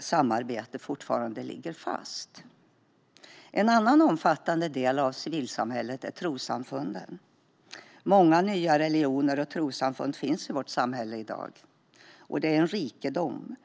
samarbete fortfarande ligger fast. En annan omfattande del av civilsamhället är trossamfunden. Många nya religioner och trossamfund finns i vårt samhälle i dag. Det är en rikedom.